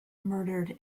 murdered